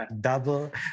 double